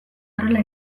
horrela